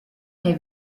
est